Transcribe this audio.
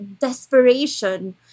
desperation